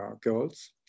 girls